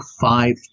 five